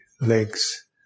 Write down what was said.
legs